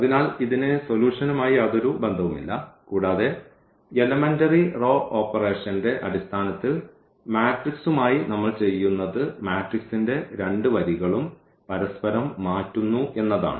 അതിനാൽ ഇതിന് സൊല്യൂഷനുമായി യാതൊരു ബന്ധവുമില്ല കൂടാതെ എലമെന്ററി റോ ഓപ്പറേഷൻറെ അടിസ്ഥാനത്തിൽ മാട്രിക്സുമായി നമ്മൾ ചെയ്യുന്നത് മാട്രിക്സിന്റെ രണ്ട് വരികളും പരസ്പരം മാറ്റുന്നു എന്നതാണ്